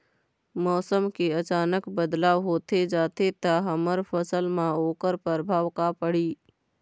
मौसम के अचानक बदलाव होथे जाथे ता हमर फसल मा ओकर परभाव का पढ़ी?